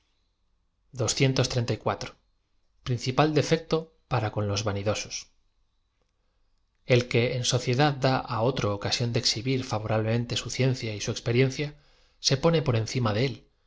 rin c ip a l defecto p a ra con los vanidosos e l que en sociedad da otro ocasión de exh ibir fatorablemente su ciencia y su experiencia se pone por encima de él